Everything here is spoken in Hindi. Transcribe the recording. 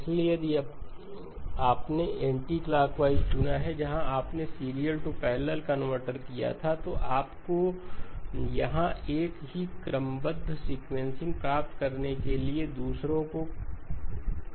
इसलिए यदि आपने एंटी क्लॉकवाइज को चुना है जहां आपने सीरियल टू पैरलल कनवर्जन किया था तो आपको यहां एक ही क्रमबद्ध सीक्वेंसिंग प्राप्त करने के लिए दूसरे को करना होगा